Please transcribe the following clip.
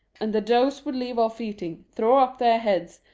and the does would leave off eating, throw up their heads,